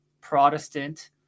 Protestant